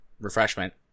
refreshment